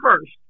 first